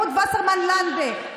רות וסרמן לנדה,